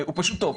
הוא פשוט טוב.